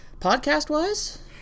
Podcast-wise